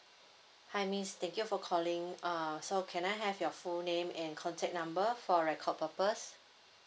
hi miss thank you for calling uh so can I have your full name and contact number for record purpose